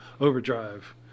overdrive